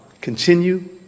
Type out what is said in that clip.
continue